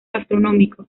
gastronómico